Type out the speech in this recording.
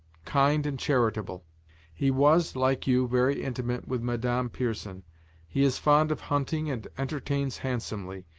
kind and charitable he was, like you, very intimate with madame pierson he is fond of hunting and entertains handsomely.